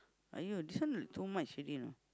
!aiyo! this one too much already lah